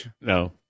No